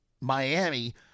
Miami